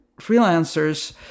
freelancers